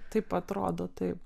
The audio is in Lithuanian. taip atrodo taip